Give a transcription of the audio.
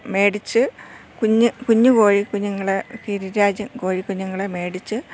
മേടിച്ചു കുഞ്ഞ് കുഞ്ഞു കോഴിക്കുഞ്ഞുങ്ങളെ ഗിരിരാജ കോഴിക്കുഞ്ഞുങ്ങളെ മേടിച്ചു